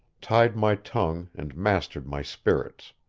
tied my tongue and mastered my spirits.